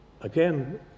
again